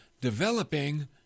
developing